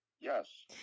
Yes